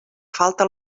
falta